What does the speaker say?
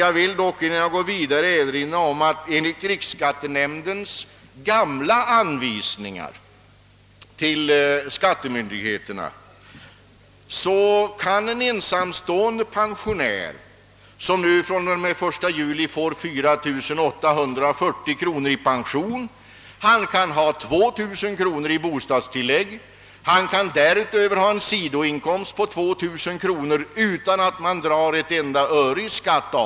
Jag vill dock erinra om att enligt riksskattenämndens anvisningar till skattemyndigheterna kan en ensamstående pensionär, som fr.o.m. den 1 juli får 4 840 kronor i pension, ha 2000 kronor i bostadstillägg och därutöver en sidoinkomst på 2 000 kro nor utan att ett enda öre dras i skatt.